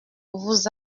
vous